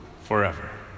forever